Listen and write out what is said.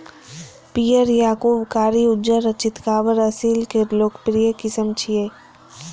पीयर, याकूब, कारी, उज्जर आ चितकाबर असील के लोकप्रिय किस्म छियै